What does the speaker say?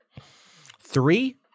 three